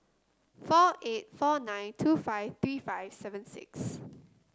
four eight four nine two five three five seven six